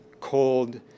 cold